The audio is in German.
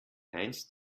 heinz